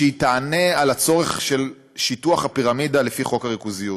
שהיא תענה על הצורך של שיטוח הפירמידה לפי חוק הריכוזיות.